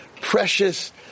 precious